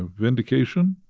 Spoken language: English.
and vindication.